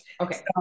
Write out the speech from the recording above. Okay